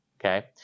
okay